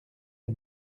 les